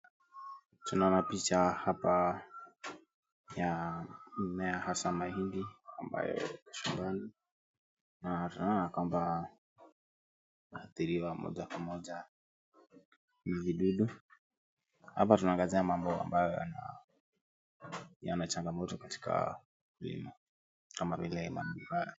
Tunapita picha hapa ya mmea hasa mahindi, ambayo yako shambani. Na tunaona kwamba yameathiriwa moja kwa moja na vidudu. Hapa tunaangazia mambo ambayo yana yanachangamoto katika ukulima kama vile ya nyumbani.